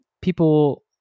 people